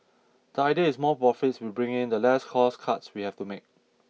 the idea is more profits we bring in the less cost cuts we have to make